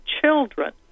children